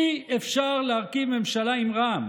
אי-אפשר להרכיב ממשלה עם רע"מ.